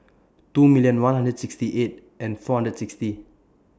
two million one hundred and sixty eight and four hundred and sixty